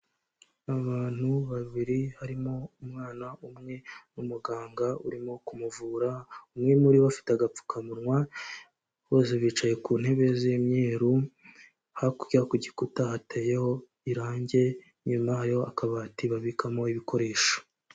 Abantu babiri harimo umwana umwe n'umuganga urimo kumuvura , umwe muri bo bafite agapfukamunwa bose bicaye ku ntebe z'imyeru, hakurya ku gikuta hateyeho irange, inyuma hariyo kabati babikamo ibikoresho.